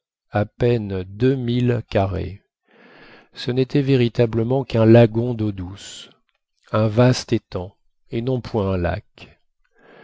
à peine deux milles carrés ce n'était véritablement qu'un lagon d'eau douce un vaste étang et non point un lac